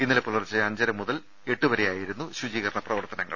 ഇന്നലെ പുലർച്ചെ അഞ്ചര മുതൽ എട്ടുമണിവരെയായിരുന്നു ശുചീകരണ പ്രവർത്തനങ്ങൾ